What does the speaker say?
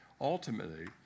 Ultimately